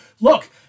Look